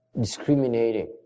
discriminating